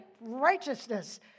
righteousness